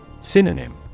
Synonym